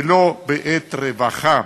ולא בעת רווחה.